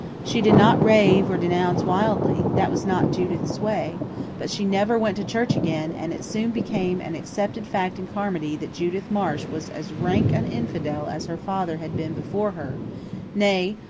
she did not rave or denounce wildly that was not judith's way but she never went to church again, and it soon became an accepted fact in carmody that judith marsh was as rank an infidel as her father had been before her nay,